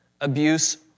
Abuse